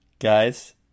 Guys